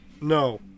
no